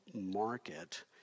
market